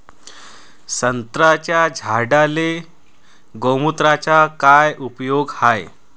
संत्र्याच्या झाडांले गोमूत्राचा काय उपयोग हाये?